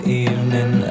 evening